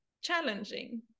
challenging